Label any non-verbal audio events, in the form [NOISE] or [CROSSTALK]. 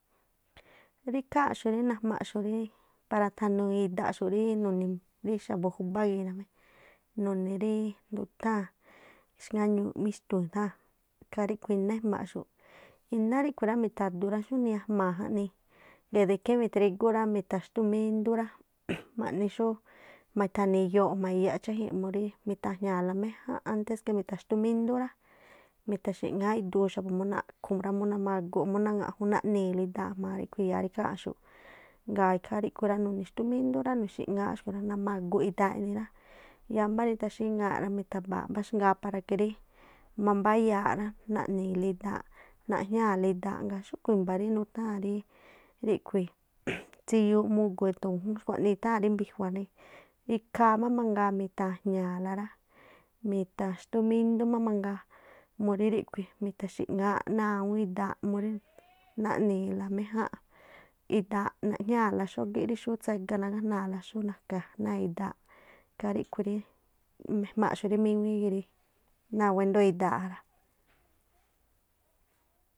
Rí ikháa̱nꞌxu̱ꞌ rí najmaaꞌxu̱ para thanuu idaꞌxu̱ꞌ rí nuun- nuni- rí xa̱bu̱ júbá ñajuanꞌxu̱ꞌ, nuni̱ rí itháa̱n xŋáñuuꞌ mixtu̱u̱n itháa̱n ikhaa ríꞌkhui̱ iná ejmaaꞌxu̱ꞌ. Iná ríꞌkhui̱ rá, mi̱tha̱du rá, xúnii a̱jma̱a̱ jaꞌnii [UNINTELLIGIBLE] mita̱xtúmíndú ra [NOISE] ma̱ꞌni xú ma̱tha̱ni̱ iyoo jma̱a iyaꞌ cháji̱n murí mi̱tha̱jña̱a̱-la méjánꞌ antés rí mitaxtúmindú rá, mitha̱xi̱ꞌŋááꞌ iduu xa̱bu̱ múrí naꞌkhu̱ murí namaguꞌ, mú naŋaꞌjun naꞌni̱i̱la idaa jma̱a ríꞌkhui̱ i̱ya̱a rí ikháa̱nꞌxu̱ꞌ, ngaa̱ ikhaa rí́ꞌkhui̱ nuxtúmíndú nu̱xi̱ꞌŋááꞌ xkhu̱ rá, namaguꞌ idaaꞌ eꞌni rá yáámb́á rathaxíŋa̱a rá, mi̱tha̱ba̱a̱ꞌ mbáxgaa para que rí mambayaaꞌ rá, naꞌni̱i̱la idaaꞌ, naꞌjñáa̱la idaaꞌ. Ngaa̱ xúꞌkhu̱ i̱mba̱ rí nutháa̱n rí ríꞌkhui̱ [NOISE] tsiyuu mugu̱ e̱thu̱u̱n jún, xkhua̱nii itháa̱n rí mbijua̱ ikhaa má mangaa mitha̱jña̱a̱la rá, mitha̱xtúmíndú má mangaa murí ríꞌkhui̱ mithaxi̱ꞌŋááꞌ náa̱ awúún idaaꞌ, murí naꞌni̱i̱la méjánꞌ idaaꞌ najñaa̱la xógíꞌ rí xú tsega nagájna̱a̱la xú na̱ka̱ náa̱ idaaꞌ, ikhaa ríkhui̱ rí nejma̱a̱xu̱ꞌ rí míŋuíí gii̱. Náa̱ wéndoo̱ idaaꞌ ja rá.